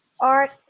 Art